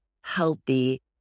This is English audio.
healthy